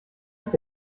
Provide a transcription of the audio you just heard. ist